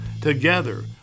Together